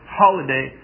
holiday